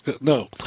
No